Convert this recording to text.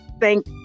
thank